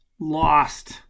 lost